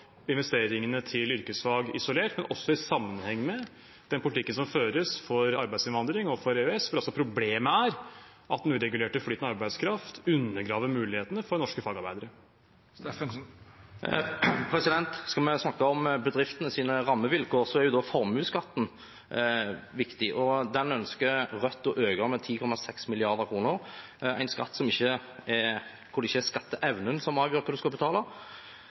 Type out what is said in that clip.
investeringene i yrkesfag både isolert og i sammenheng med politikken som føres for arbeidsinnvandring og for EØS. Problemet er at den uregulerte flyten av arbeidskraft undergraver mulighetene for norske fagarbeidere. Skal vi snakke om bedriftenes rammevilkår, er jo formuesskatten viktig. Den ønsker Rødt å øke med 10,6 mrd. kr – en skatt hvor det ikke er skatteevnen som avgjør hva man skal betale.